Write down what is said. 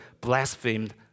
blasphemed